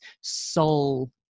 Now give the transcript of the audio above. soul